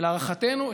ולהערכתנו,